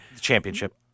Championship